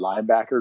linebacker